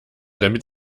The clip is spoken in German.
damit